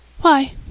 Why